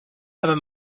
aber